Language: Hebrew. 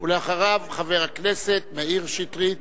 אחריו, חבר הכנסת מאיר שטרית.